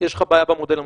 יש לך בעיה במודל המתמטי,